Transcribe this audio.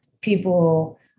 people